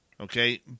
Okay